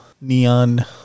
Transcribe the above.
neon